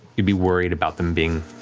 you'd be worried about them being